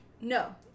No